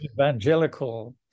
evangelical